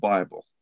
Bible